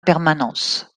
permanence